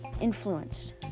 influenced